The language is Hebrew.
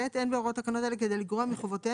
(ב) אין בהוראות תקנות אלה כדי לגרוע מחובותיהם